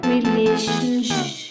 Relationship